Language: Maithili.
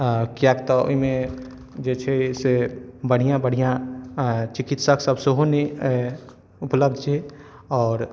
कियाक तऽ ओहिमे जे छै से बढ़िऑं बढ़िऑं चिकित्सक सब सेहो नहि उपलब्ध छै आओर